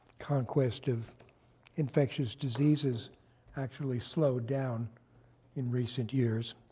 conquest of infectious diseases actually slowed down in recent years,